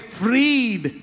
freed